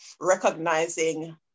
recognizing